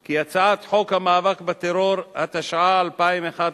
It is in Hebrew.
כי הצעת חוק המאבק בטרור, התשע"א 2011,